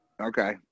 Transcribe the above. Okay